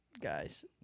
guys